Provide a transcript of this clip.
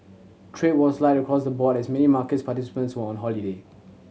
trade was light across the board as main market participants were on holiday